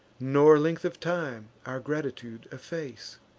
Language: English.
nor length of time our gratitude efface.